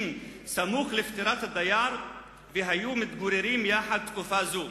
סמוך לפטירת הדייר והיו מתגוררים יחד תקופה זו.